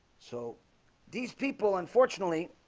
so these people unfortunately